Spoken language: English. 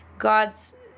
God's